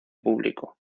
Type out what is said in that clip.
público